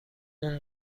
اون